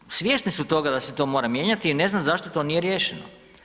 Znači svjesni su toga da se to mora mijenjati i ne znam zašto to nije riješeno.